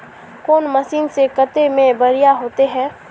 कौन मशीन से कते में बढ़िया होते है?